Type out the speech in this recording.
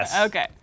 okay